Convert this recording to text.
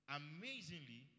amazingly